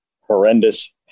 horrendous